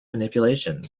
manipulation